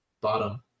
bottom